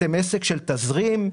אתם עסק של תזרים,